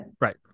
right